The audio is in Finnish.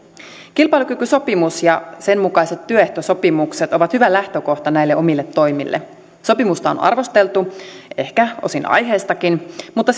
kilpailukykysopimus ja sen mukaiset työehtosopimukset ovat hyvä lähtökohta näille omille toimille sopimusta on on arvosteltu ehkä osin aiheestakin mutta